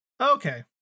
Okay